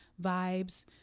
vibes